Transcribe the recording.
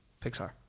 Pixar